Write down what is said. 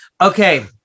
okay